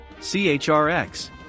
CHRX